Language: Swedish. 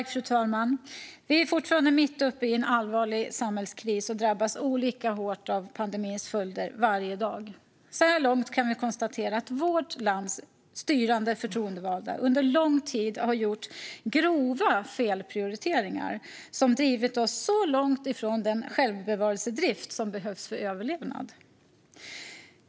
Fru talman! Vi är fortfarande mitt uppe i en allvarlig samhällskris och drabbas olika hårt av pandemins följder varje dag. Så här långt kan vi konstatera att vårt lands styrande förtroendevalda under lång tid har gjort grova felprioriteringar som drivit oss långt bort från den självbevarelsedrift som behövs för överlevnad.